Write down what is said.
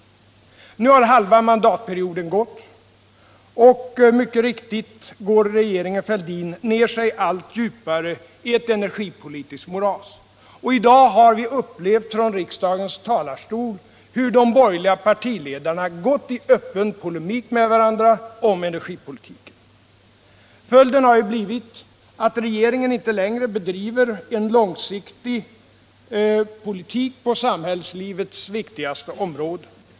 Nu har halva mandatperioden gått, och mycket riktigt går regeringen Fälldin ner sig allt djupare i ett energipolitiskt moras. Även i dag har vi upplevt hur de borgerliga partiledarna går i öppen polemik med varandra. Följden har blivit att regeringen inte bedriver en långsiktig politik på samhällslivets viktigaste områden.